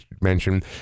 mention